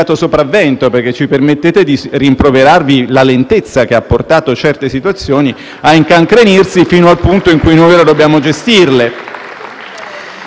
sopravvento, perché ci permettete di rimproverarvi la lentezza, che ha portato certe situazioni a incancrenirsi, fino al punto in cui ora noi dobbiamo gestirle.